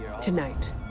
Tonight